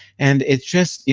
and it's just,